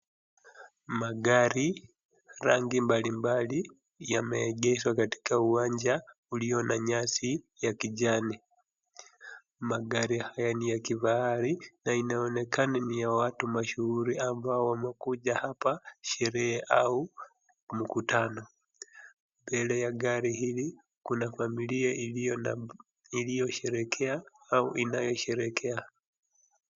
magari rangi mabalimbali yameegeshwa katika uwanja ulio na nyasi ya kijani magari haya ni ya kifahari na inaonekana ni ya watu mashuhuri ambao wamekujaa hapa sherehe au mkutano mbele ya gari hili kuna familia iliyosherehekea au inayosherehekea